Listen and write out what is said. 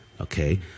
okay